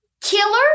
Killer